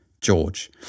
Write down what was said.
George